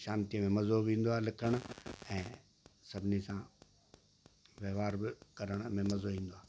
शांती में मज़ो बि ईंदो आहे लिखणु ऐं सभिनी सां वहिंवार बि करण में मज़ो ईंदो आहे